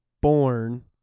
born